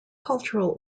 cultural